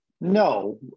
No